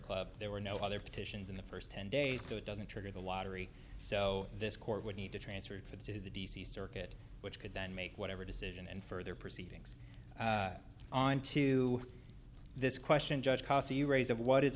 club there were no other petitions in the first ten days so it doesn't trigger the lottery so this court would need to transfer to the d c circuit which could then make whatever decision and further proceedings on to this question judge casi raise of what is